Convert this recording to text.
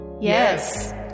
Yes